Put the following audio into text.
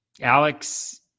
Alex